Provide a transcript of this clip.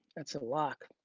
that's a lock.